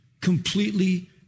completely